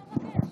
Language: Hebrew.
כנסת נכבדה,